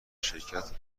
شرکت